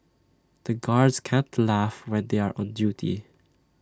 the guards can't laugh when they are on duty